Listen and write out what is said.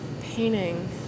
Painting